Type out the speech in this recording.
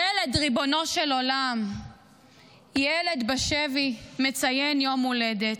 ילד, ריבונו של עולם ילד בשבי מציין יום הולדת.